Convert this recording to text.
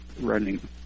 running